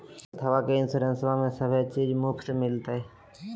हेल्थबा के इंसोरेंसबा में सभे चीज मुफ्त मिलते?